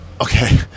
okay